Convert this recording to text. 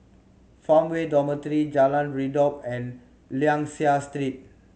Farmway Dormitory Jalan Redop and Liang Seah Street